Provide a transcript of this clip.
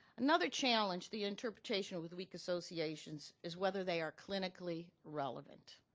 another challenge the interpretation with weak associations is whether they are clinically relevant.